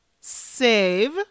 save